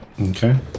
Okay